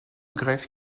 greffe